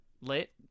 Lit